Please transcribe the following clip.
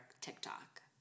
TikTok